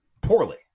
poorly